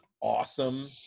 awesome